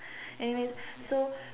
anyways so